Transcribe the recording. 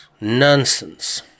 Nonsense